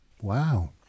wow